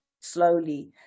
slowly